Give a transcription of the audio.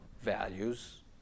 values